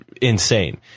insane